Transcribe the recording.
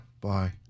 Bye